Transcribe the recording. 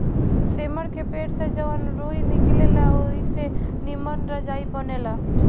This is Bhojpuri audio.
सेमर के पेड़ से जवन रूई निकलेला ओई से निमन रजाई बनेला